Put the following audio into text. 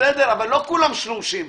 אבל לא כולם שלושים,